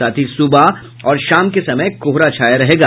साथ ही सुबह और शाम के समय कोहरा छाया रहेगा